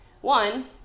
One